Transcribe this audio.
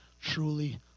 truly